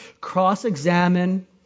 Cross-examine